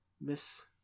Miss